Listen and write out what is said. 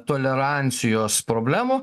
tolerancijos problemų